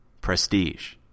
prestige